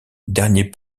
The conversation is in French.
dernier